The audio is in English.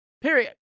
Period